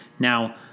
Now